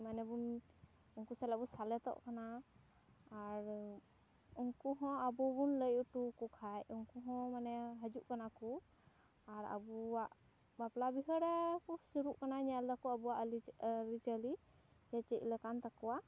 ᱢᱟᱱᱮ ᱵᱚᱱ ᱩᱱᱠᱩ ᱥᱟᱞᱟᱜ ᱵᱚᱱ ᱥᱮᱞᱮᱫᱚᱜ ᱠᱟᱱᱟ ᱟᱨ ᱩᱱᱠᱩ ᱦᱚᱸ ᱟᱵᱚ ᱵᱚᱱ ᱞᱟᱹᱭ ᱚᱴᱚᱣ ᱟᱠᱚ ᱠᱷᱟᱱ ᱩᱱᱠᱩ ᱦᱚᱸ ᱢᱟᱱᱮ ᱦᱤᱡᱩᱜ ᱠᱟᱱᱟ ᱠᱚ ᱟᱨ ᱟᱵᱚᱣᱟᱜ ᱵᱟᱯᱞᱟ ᱵᱤᱦᱟᱹ ᱨᱮ ᱠᱚ ᱥᱩᱨᱩᱜ ᱠᱟᱱᱟ ᱧᱮᱞ ᱮᱫᱟ ᱠᱚ ᱟᱵᱚᱭᱟᱜ ᱟᱞᱤ ᱟᱹᱨᱤᱪᱟᱹᱞᱤ ᱥᱮ ᱪᱮᱫ ᱞᱮᱠᱟᱱ ᱛᱟᱠᱚᱣᱟ